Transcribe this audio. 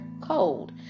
cold